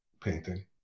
painting